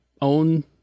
own